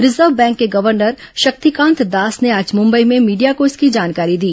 reserve bank के governor Shaktikanta Das ने आज मंबई में मीडिया को इसकी जानकारी दी